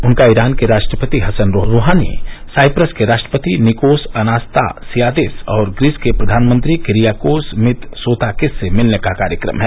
उनका ईरान के राष्ट्रपति हसन रूहानी साइप्रस के राष्ट्रपति निकोस अनास्तासियादिस और ग्रीस के प्रधानमंत्री किरियाकोस मितसोताकिस से मिलने का कार्यक्रम है